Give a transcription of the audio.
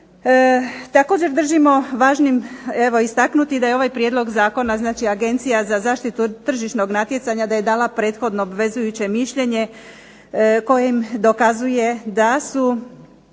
Također držimo važnim evo istaknuti da je ovaj prijedlog zakona, znači Agencija za zaštitu tržišnog natjecanja da je dala prethodno obvezujuće mišljenje kojim dokazuje da su